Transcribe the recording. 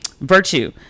Virtue